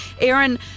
aaron